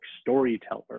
storyteller